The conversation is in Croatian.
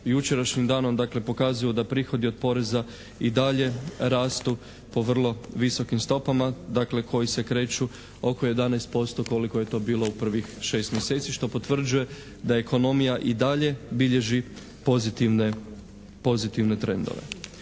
jučerašnjim danom dakle pokazuju da prihodi od poreza i dalje rastu po vrlo visokim stopama dakle koji se kreću oko 11% koliko je to bilo u prvih šest mjeseci što potvrđuje da ekonomija i dalje bilježi pozitivne trendove.